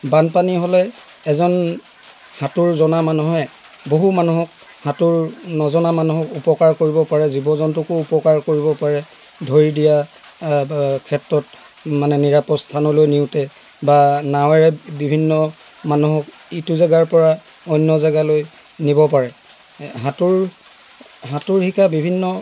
বানপানী হ'লে এজন সাঁতোৰ জনা মানুহে বহু মানুহক সাঁতোৰ নজনা মানুহকো উপকাৰ কৰিব পাৰে জীৱ জন্তুকো উপকাৰ কৰিব পাৰে ধৰি দিয়া ক্ষেত্ৰত মানে নিৰাপদ স্থানলৈ নিওঁতে বা নাৱেৰে বিভিন্ন মানুহক ইটো জেগাৰপৰা অন্য জেগালৈ নিব পাৰে সাঁতোৰ সাঁতোৰ শিকা বিভিন্ন